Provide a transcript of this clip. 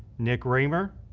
nick raymer,